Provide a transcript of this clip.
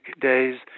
days